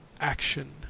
action